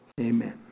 Amen